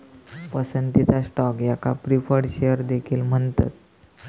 पसंतीचा स्टॉक याका preferred shares देखील म्हणतत